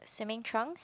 swimming trunks